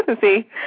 See